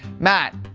matt,